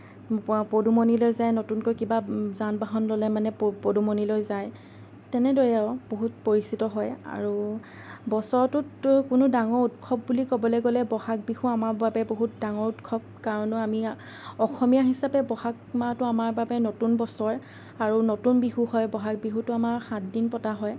পদুমণিলৈ যায় নতুনকৈ কিবা যান বাহন ল'লে মানে পদুমণিলৈ যায় তেনেদৰে আও বহুত পৰিচিত হয় আৰু বছৰটোত ত' কোনো ডাঙৰ উৎসৱ বুলি ক'বলৈ গ'লে বহাগ বিহু আমাৰ বাবে বহুত ডাঙৰ উৎসৱ কাৰনো আমি অসমীয়া হিচাপে বহাগ মাহটো আমাৰ বাবে নতুন বছৰ আৰু নতুন বিহু হয় বহাগ বিহুটো আমাৰ সাতদিন পতা হয়